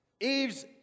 Eve's